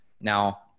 Now